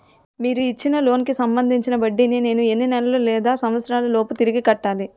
మీరు ఇచ్చిన లోన్ కి సంబందించిన వడ్డీని నేను ఎన్ని నెలలు లేదా సంవత్సరాలలోపు తిరిగి కట్టాలి?